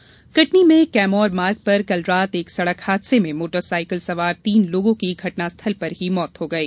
सड़क हादसा कटनी में कैमोर मार्ग पर कल रात एक सड़क हादसे में मोटर सायकल सवार तीन लोगों की घटनास्थल पर ही मौत हो गई है